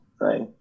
right